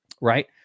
Right